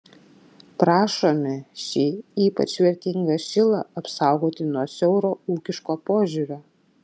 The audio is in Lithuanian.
prašome šį ypač vertingą šilą apsaugoti nuo siauro ūkiško požiūrio